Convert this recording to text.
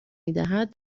میدهد